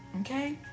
okay